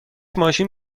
ماشین